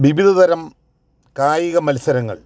വിവിധ തരം കായിക മത്സരങ്ങൾ